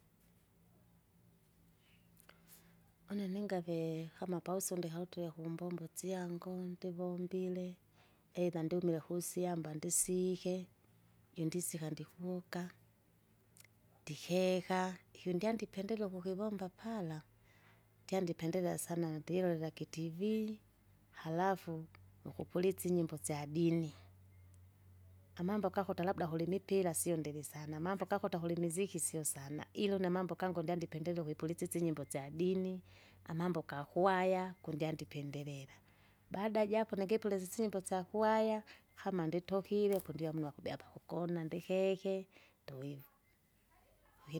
une ningavee kama pausiumbe ukahutire kumbombo syango! ndivombile, eidha ndiumile kusyamba ndisike jondisika ndikuvuka, ndikeka, ikundyandipendelela ukukivomba pala, ndyandipendelea sana ndilola kitivii, halafu, nukupulitsa inyimbo syadini. Amambo kakuta labda kulimipira siondiri sana, amambo gakuta kulimiziki sio sana, ila une amambo gangu ndyandipendelea ukuipulisisa inyimbo syadini amambo gakwaya, kundyandi pendelela. Baada ja apo nangipulisisye inyimbo syakwaya, kama nditokire kundiamunwa akabeaka kukona ndikeke, ndoivo.